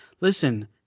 Listen